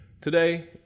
today